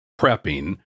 prepping